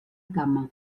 cama